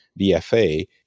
BFA